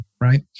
right